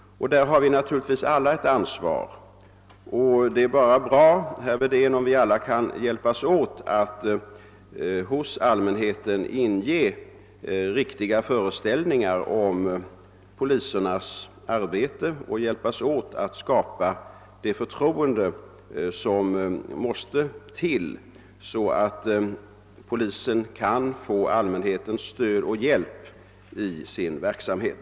Där har vi naturligtvis alla ett ansvar. Det vore bra, herr Wedén, om vi alla kunda hjälpas åt att hos allmänheten inge riktiga föreställningar om polisens arbete. Vi behöver även hjälpas åt att skapa det förtroende som måste till för att polisen skall få allmänhetens stöd och hjälp i sin verksamhet.